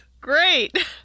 Great